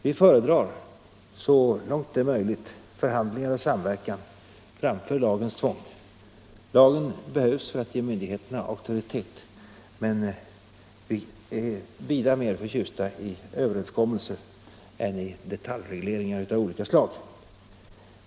Vi föredrar, så långt detta är möjligt, förhandlingar och samverkan framför lagens tvång. Lagen behövs för att ge myndigheterna auktoritet, men vi är vida mer förtjusta i överenskommelser än i detaljregleringar av olika slag.